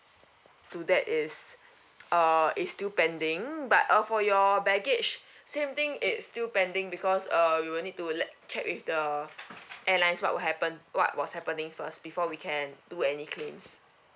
to that is uh is still pending but uh for your baggage same thing it's still pending because uh we will need to let check with the airlines what will happen what was happening first before we can do any claims